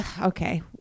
Okay